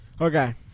Okay